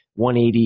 180